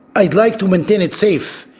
i'd like to maintain it safe.